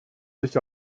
sich